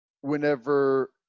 whenever